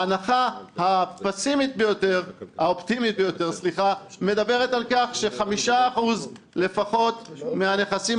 ההנחה האופטימית ביותר מדברת על כך שב-5% לפחות מהנכסים